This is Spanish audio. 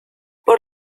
por